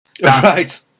Right